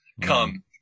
come